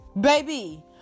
baby